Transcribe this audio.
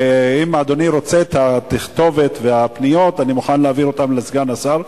אם אדוני רוצה את התכתובת והפניות אני מוכן להעביר אותן לסגן השר.